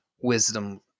wisdom